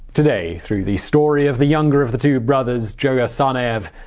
today, through the story of the younger of the two bombers, dzokhar tsarnaev,